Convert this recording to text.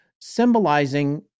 symbolizing